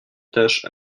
tâche